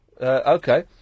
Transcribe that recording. Okay